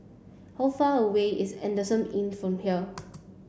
how far away is Adamson Inn from here